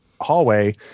hallway